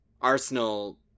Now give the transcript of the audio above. Arsenal